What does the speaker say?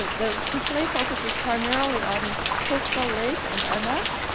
ah the display focuses primarily on hovsgol lake and aimag.